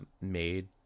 made